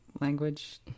language